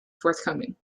forthcoming